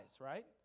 right